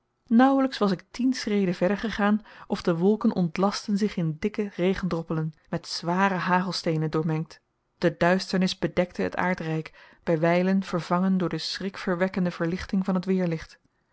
naauwlijks was ik tien schreden verder gegaan of de wolken ontlastten zich in dikke regendroppelen met zware hagelsteenen doormengd de duisternis bedekte het aardrijk bij wijlen vervangen door de schrikverwekkende verlichting van het